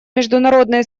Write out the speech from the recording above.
международные